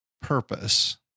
purpose